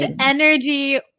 energy